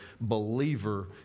believer